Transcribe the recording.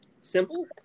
Simple